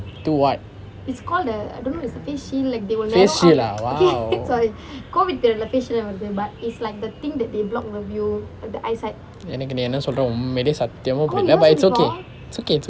two [what] face shield ah !wow! எனக்கு நீ என்ன சொல்ற உண்மையிலே சத்தியமா புரியில்லே:enakku ni enna solra unmayile sathiyamaa puriyillae but it's okay it's okay it's okay